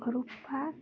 ରୂପା